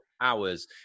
hours